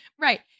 Right